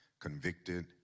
convicted